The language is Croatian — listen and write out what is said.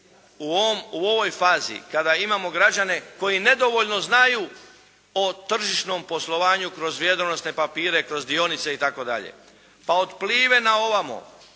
u ovoj fazi kada imamo građane koji nedovoljno znaju o tržišnom poslovanju kroz vrijednosne papire, kroz dionice i tako dalje. Pa od Pliva-e na ovamo,